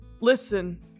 Listen